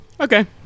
Okay